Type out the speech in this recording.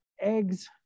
eggs